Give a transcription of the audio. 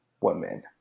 women